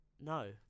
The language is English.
no